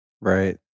Right